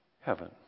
heaven